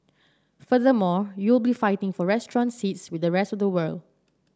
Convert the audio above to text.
furthermore you will be fighting for restaurant seats with the rest of the world